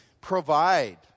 provide